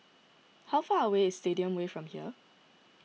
how far away is Stadium Way from here